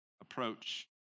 approach